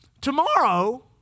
tomorrow